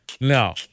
No